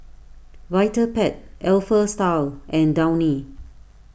Vitapet Alpha Style and Downy